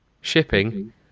shipping